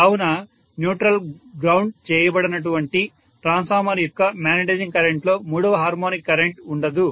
కావున neutral ground చేయబడనటువంటి transformer యొక్క మాగ్నెటైజింగ్ కరెంట్లో మూడవ హార్మోనిక్ కరెంట్ ఉండదు